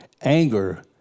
anger